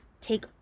take